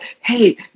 Hey